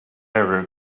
area